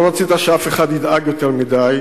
לא רצית שאף אחד ידאג יותר מדי,